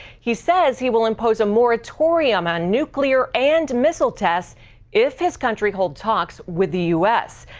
he says he will impose a moratorium on nuclear and missile tests if his country holds talks with the u s.